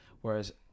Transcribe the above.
whereas